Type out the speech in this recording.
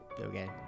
okay